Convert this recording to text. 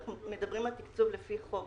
אנחנו מדברים על תקצוב לפי חוק.